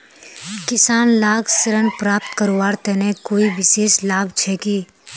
किसान लाक ऋण प्राप्त करवार तने कोई विशेष लाभ छे कि?